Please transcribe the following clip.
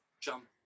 jump